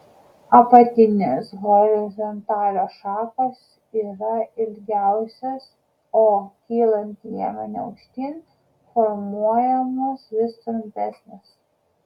apatinės horizontalios šakos yra ilgiausios o kylant liemeniu aukštyn formuojamos vis trumpesnės